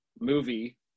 movie